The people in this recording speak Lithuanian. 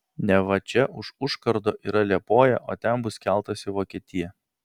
neva čia už užkardo yra liepoja o ten bus keltas į vokietiją